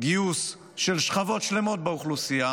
גיוס של שכבות שלמות באוכלוסייה,